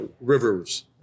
rivers